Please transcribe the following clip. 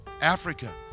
Africa